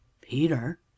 Peter